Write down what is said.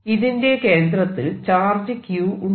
ഇതിന്റെ കേന്ദ്രത്തിൽ charge Q ഉണ്ട്